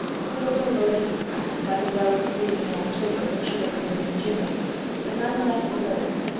it was a little belated, perhaps, like a rose blooming in october which should have bloomed in june but none the less a rose,